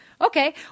okay